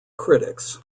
critics